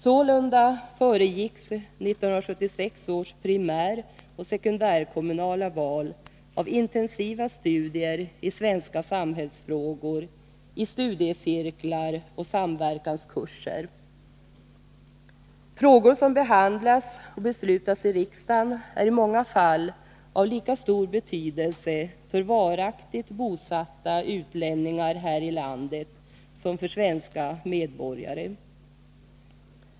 Sålunda föregicks 1976 års primäroch sekundärkommunala val av intensiva studier i svenska samhällsfrågor i studiecirklar och samverkanskurser. Frågor som behandlas och beslutas i riksdagen är i många fall av lika stor betydelse för varaktigt bosatta utlänningar här i landet som för svenska medborgare.